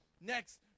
next